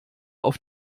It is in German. auf